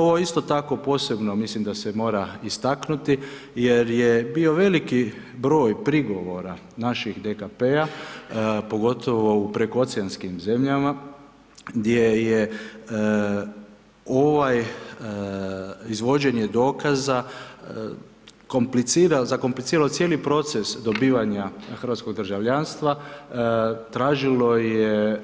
Ovo isto tako posebno mislim da se mora istaknuti jer je bio veliki broj prigovora naših DKP-a pogotovo u prekooceanskim zemljama gdje je ovaj izvođenje dokaza komplicira, zakompliciralo cijeli proces dobivanja hrvatskog državljanstva, tražilo je